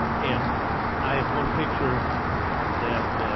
and i have one picture that.